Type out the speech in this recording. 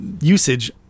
usage